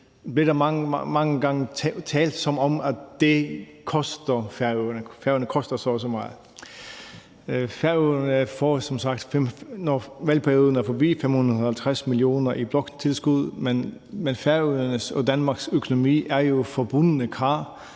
blev der mange gange talt, som om det koster, altså at Færøerne koster så og så meget. Færøerne får som sagt, når valgperioden er forbi, 550 mio. kr. i bloktilskud, men Færøernes og Danmarks økonomi er jo forbundne kar.